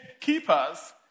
keepers